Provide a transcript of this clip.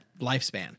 lifespan